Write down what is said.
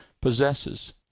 possesses